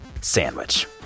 sandwich